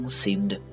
seemed